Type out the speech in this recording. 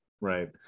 right